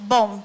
Bom